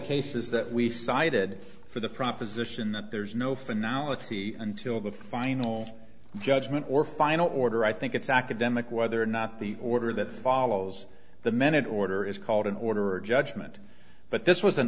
cases that we cited for the proposition that there's no phenolics until the final judgment or final order i think it's academic whether or not the order that follows the minute order is called an order or judgment but this was